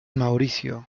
mauricio